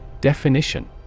Definition